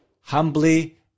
humbly